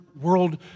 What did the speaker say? world